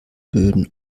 böden